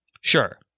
Sure